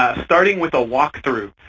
ah starting with a walk-through.